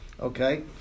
Okay